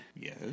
Yes